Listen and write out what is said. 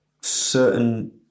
certain